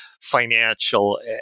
financial